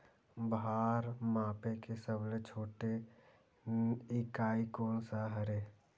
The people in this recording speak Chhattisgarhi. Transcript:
भार मापे के सबले छोटे इकाई कोन सा हरे?